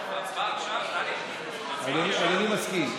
אדוני מסכים.